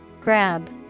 Grab